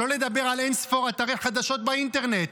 שלא לדבר על אין-ספור אתרי חדשות באינטרנט,